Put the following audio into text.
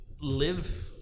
live